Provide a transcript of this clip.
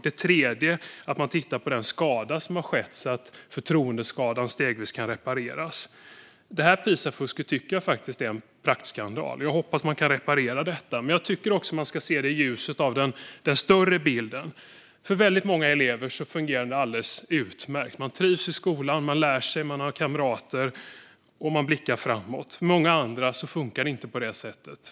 Den tredje är att titta på den skada som har skett så att förtroendeskadan stegvis kan repareras. Pisafusket är en praktskandal, och jag hoppas att man kan reparera detta. Man måste också se den större bilden. För väldigt många elever fungerar skolgången utmärkt. De trivs i skolan, lär sig, har kamrater och blickar framåt. Men för många andra är det inte så.